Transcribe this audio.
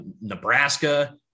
Nebraska